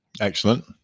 Excellent